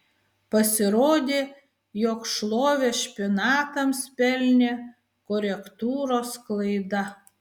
pasirodė jog šlovę špinatams pelnė korektūros klaida